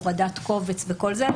הורדת קובץ וכל זה,